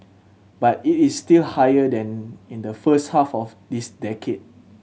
but it is still higher than in the first half of this decade